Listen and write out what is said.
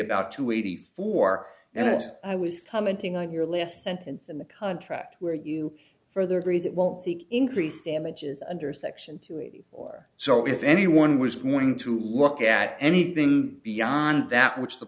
about two eighty four and it i was commenting on your last sentence in the contract where you further agrees it won't see increased damages under section two eighty or so if anyone was going to look at anything beyond that which the